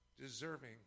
deserving